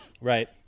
Right